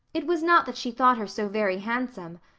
it was not that she thought her so very handsome.